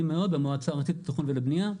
מאוד במועצה הארצית לתכנון ולבנייה,